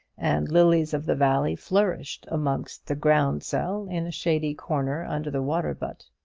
and lilies-of-the-valley flourished amongst the ground-sel in a shady corner under the water-butt.